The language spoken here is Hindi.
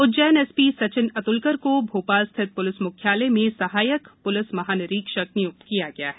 उज्जैन एसपी सचिन अत्लकर को भोशल स्थित प्लिस म्ख्यालय में सहायक प्लिस महानिरीक्षक निय्क्त किया गया है